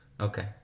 Okay